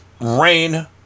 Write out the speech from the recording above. Rain